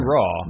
Raw